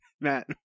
Matt